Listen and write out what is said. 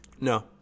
No